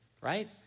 right